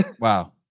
Wow